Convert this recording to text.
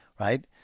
right